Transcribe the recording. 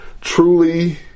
truly